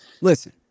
listen